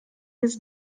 his